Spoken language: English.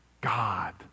God